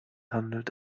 handelt